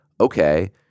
okay